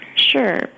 Sure